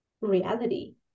reality